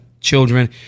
children